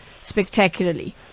spectacularly